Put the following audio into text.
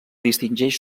distingeix